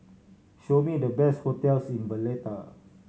show me the best hotels in Valletta